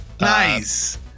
Nice